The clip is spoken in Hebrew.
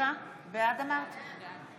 בעד עאידה